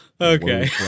Okay